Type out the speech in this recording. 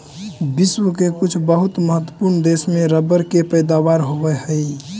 विश्व के कुछ बहुत महत्त्वपूर्ण देश में रबर के पैदावार होवऽ हइ